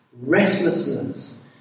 restlessness